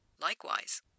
Likewise